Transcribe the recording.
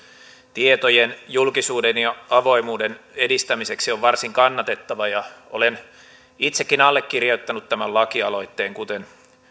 tietojen julkisuuden ja avoimuuden edistämiseksi on varsin kannatettava ja olen itsekin allekirjoittanut tämän lakialoitteen kuten